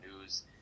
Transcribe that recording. news